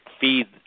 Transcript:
feed